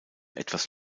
etwas